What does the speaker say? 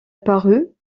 parut